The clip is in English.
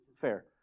fair